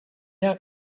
yet